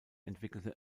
entwickelte